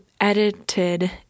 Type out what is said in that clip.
edited